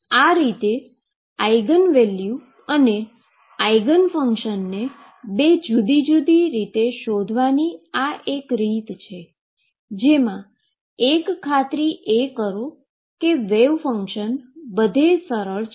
આ રીતે eigen value અને આઈગન ફંક્શનને બે જુદી જુદી રીતે શોધવાની એક રીત છે જેમા એક ખાતરી કરો કે વેવ ફંક્શન બધે સરળ છે